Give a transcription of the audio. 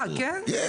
אה, כן?